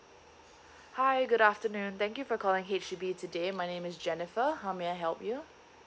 hi good afternoon thank you for calling H_D_B today my name is jennifer how may I help you